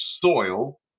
soil